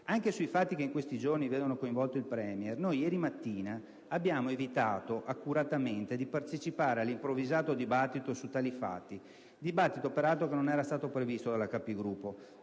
Anche sui fatti che in questi giorni vedono coinvolto il Premier, noi ieri mattina abbiamo evitato accuratamente di partecipare all'improvvisato dibattito sull'argomento, dibattito peraltro non previsto dalla